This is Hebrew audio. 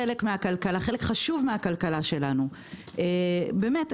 חלק חשוב מהכלכלה שלנו באמת,